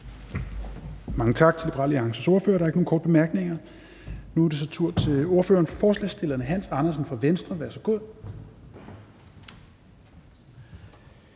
Mange tak til Liberal Alliances ordfører. Der er ikke nogen korte bemærkninger. Så er det ordføreren for forslagsstillerne, Hans Andersen fra Venstre. Værsgo.